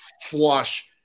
flush